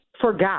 forgot